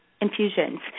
infusions